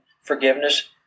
forgiveness